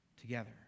together